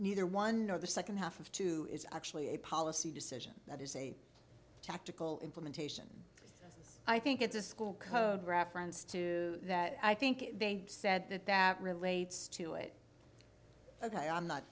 neither one nor the second half of two is actually a policy decision that is a tactical implementation i think it's a school code reference to that i think they said that that relates to it ok i'm not